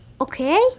okay